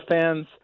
fans